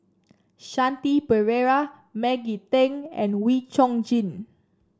Shanti Pereira Maggie Teng and Wee Chong Jin